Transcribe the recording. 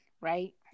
right